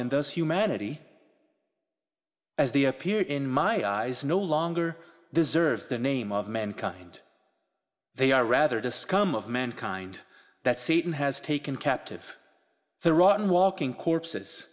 in those humanity as they appear in my eyes no longer deserves the name of mankind they are rather the scum of mankind that satan has taken captive the rotten walking corpse